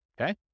Okay